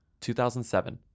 2007